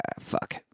Fuck